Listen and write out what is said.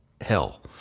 hell